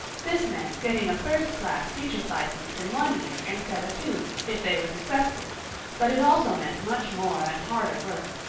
this meant getting a first class teacher's license in one year instead of two, if they were successful but it also meant much more and harder work.